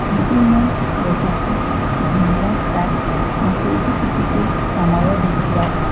ଏବେ ମୁଁ ରଖୁଛି ଧନ୍ୟବାଦ ସାର୍ ମୋତେ ଏତିକି ଟିକେ ସମୟ ଦେଇଥିବାରୁ